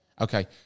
Okay